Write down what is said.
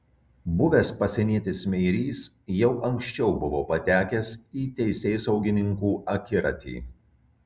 buvęs pasienietis meirys jau anksčiau buvo patekęs į teisėsaugininkų akiratį